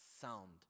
sound